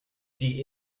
die